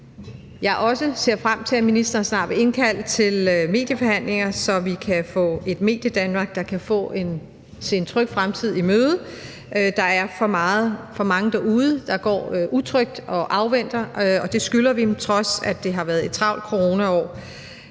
Jeg ser også frem til, at ministeren snart vil indkalde til medieforhandlinger, så vi kan få et mediedanmark, der kan se en tryg fremtid i møde. Der er for mange derude, der går utrygt og afventer det, så det skylder vi dem, på trods af at det har været et travlt coronaår.